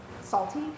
salty